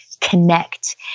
connect